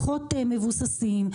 פחות מבוססים,